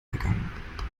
gegangen